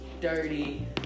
dirty